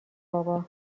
بابا